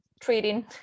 treating